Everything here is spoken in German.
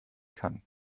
kann